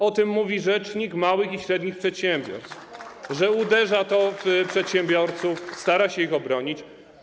O tym mówi rzecznik małych i średnich przedsiębiorstw, o tym, że uderza to w przedsiębiorców, stara się ich obronić.